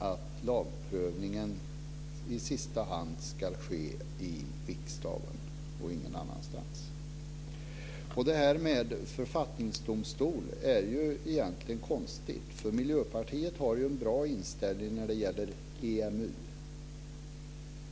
Lagprövningen ska i sista hand ske i riksdagen och ingen annanstans. Det här med en författningsdomstol är egentligen konstigt. Miljöpartiet har ju en bra inställning när det gäller EMU.